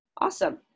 Awesome